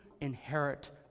inherit